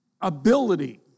ability